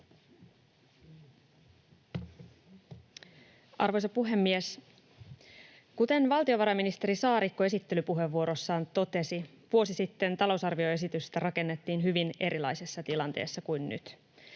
Arvoisa puhemies! Kuten valtiovarainministeri Saarikko esittelypuheenvuorossaan totesi, vuosi sitten talousarvioesitystä rakennettiin hyvin erilaisessa tilanteessa kuin nyt.